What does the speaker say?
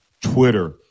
Twitter